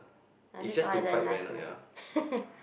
uh that's all I learn last night